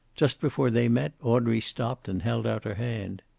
just before they met audrey stopped and held out her hand.